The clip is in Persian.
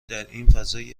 عملیاتی